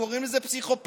קוראים לזה פסיכופתיה.